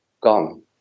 gone